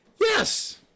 Yes